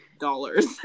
dollars